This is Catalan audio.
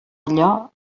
allò